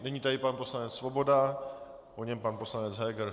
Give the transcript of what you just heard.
Nyní tedy pan poslanec Svoboda, po něm pan poslanec Heger.